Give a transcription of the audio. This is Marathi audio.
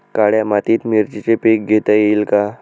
काळ्या मातीत मिरचीचे पीक घेता येईल का?